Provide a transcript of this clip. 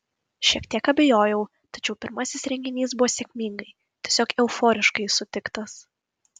šiek tiek abejojau tačiau pirmasis renginys buvo sėkmingai tiesiog euforiškai sutiktas